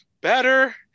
better